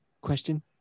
Question